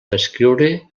descriure